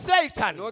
Satan